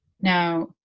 now